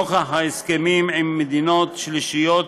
נוכח ההסכמים עם מדינות שלישיות